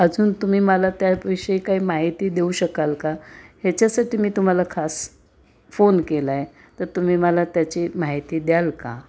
अजून तुम्ही मला त्याविषयी काय माहिती देऊ शकाल का ह्याच्यासाठी मी तुम्हाला खास फोन केला आहे तर तुम्ही मला त्याची माहिती द्याल का